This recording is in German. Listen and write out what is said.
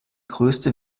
größte